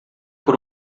por